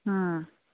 ꯎꯝ